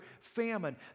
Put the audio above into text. famine